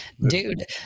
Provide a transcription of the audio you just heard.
dude